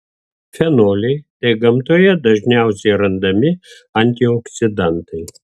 fenoliai tai gamtoje dažniausiai randami antioksidantai